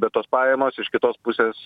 bet tos pajamos iš kitos pusės